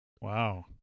Wow